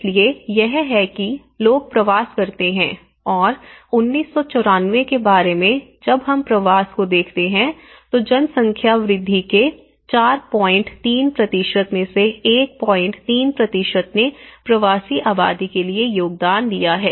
इसलिए यह है कि लोग प्रवास करते हैं और 1994 के बारे में जब हम प्रवास को देखते हैं तो जनसंख्या वृद्धि के 43 में से 13 ने प्रवासी आबादी के लिए योगदान दिया है